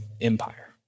empire